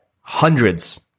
hundreds